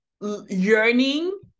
yearning